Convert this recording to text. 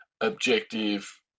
objective